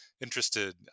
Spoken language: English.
interested